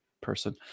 person